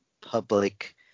public